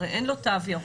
הרי אין לו תו ירוק.